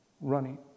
running